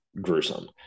gruesome